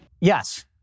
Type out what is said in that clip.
Yes